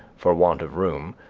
for want of room,